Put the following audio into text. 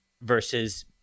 versus